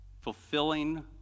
Fulfilling